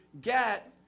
get